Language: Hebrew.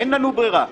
אין לנו ברירה.